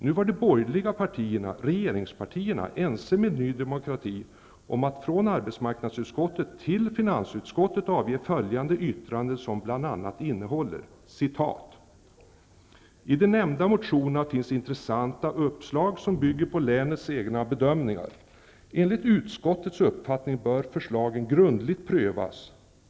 Nu var de borgerliga partierna ense med Ny demokrati om att från arbetsmarknadsutskottet till finansutskottet avge följande yttrande som bl.a. innehåller: ''I de nämnda motionerna finns intressanta uppslag som bygger på länens egna bedömningar. Enligt utskottets uppfattning bör förslagen grundligt prövas.